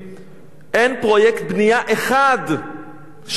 אין פרויקט בנייה אחד שהליכוד נתן.